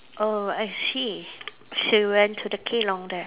oh I see so you went to the kelong there